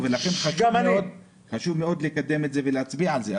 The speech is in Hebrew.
ולכן חשוב מאוד לקדם את זה ולהצביע על זה,